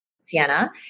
Sienna